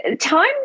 time